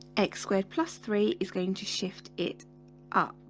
x squared plus three is going to shift it ah